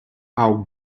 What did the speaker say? our